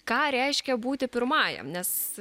ką reiškia būti pirmajam nes